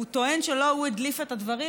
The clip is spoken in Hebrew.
הוא טוען שלא הוא הדליף את הדברים,